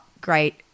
great